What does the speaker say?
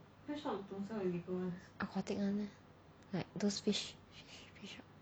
aquatic [one] leh like those fish shop